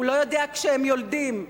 הוא לא יודע כשהם יולדים.